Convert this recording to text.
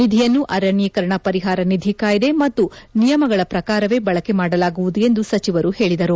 ನಿಧಿಯನ್ನು ಅರಣ್ಲೀಕರಣ ಪರಿಹಾರ ನಿಧಿ ಕಾಯಿದೆ ಮತ್ತು ನಿಯಮಗಳ ಪ್ರಕಾರವೇ ಬಳಕೆ ಮಾಡಲಾಗುವುದು ಎಂದು ಸಚಿವರು ತಿಳಿಸಿದರು